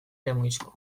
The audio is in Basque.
lemoizko